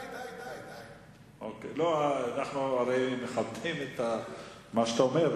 אנחנו הרי מכבדים את מה שאתה אומר,